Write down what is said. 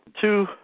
two